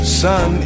sun